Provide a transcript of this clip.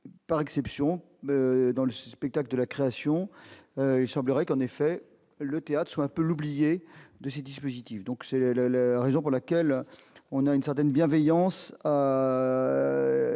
par exception dans le spectacle de la création, il semblerait qu'en effet le théâtre soit un peu l'oublié de ces dispositifs donc c'est le le raison pour laquelle on a une certaine bienveillance